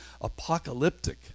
apocalyptic